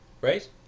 right